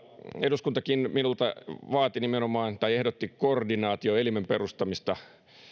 eduskuntakin minulle nimenomaan ehdotti koordinaatioelimen perustamista